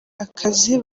akazi